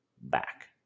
back